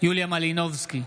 יוליה מלינובסקי,